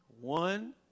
one